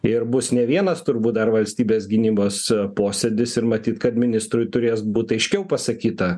ir bus ne vienas turbūt dar valstybės gynybos posėdis ir matyt kad ministrui turės būti aiškiau pasakyta